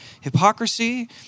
hypocrisy